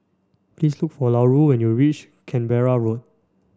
please look for Larue when you reach Canberra Road